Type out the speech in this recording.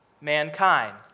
mankind